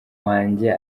wanjye